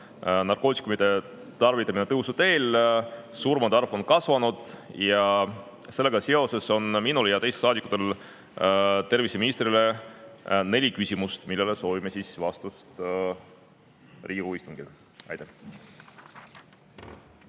narkootikumide tarvitamine tõusuteel, surmade arv on kasvanud. Sellega seoses on minul ja teistel saadikutel terviseministrile neli küsimust, millele soovime vastust Riigikogu istungil. Aitäh!